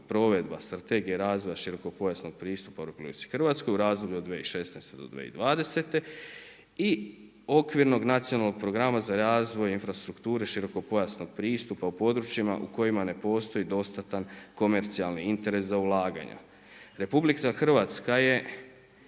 provedba, strategija razvoja širokopojasnog pristupa u RH, u razdoblju od 2016.-2020. i okvirnog nacionalnog program za razvoj infrastrukture širokopojasnog pristupa u područjima u kojima ne postoji dostatan komercijalni interes za ulaganja. RH, je